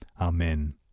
Amen